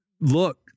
look